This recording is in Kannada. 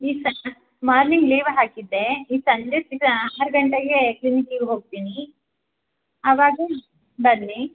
ಈ ಸಲ ಮಾರ್ನಿಂಗ್ ಲೀವ್ ಹಾಕಿದ್ದೆ ಈಗ ಸಂಜೆ ಸೀದಾ ಆರು ಗಂಟೆಗೆ ಕ್ಲಿನಿಕ್ಕಿಗೆ ಹೋಗ್ತೀನಿ ಅವಾಗ ಬನ್ನಿ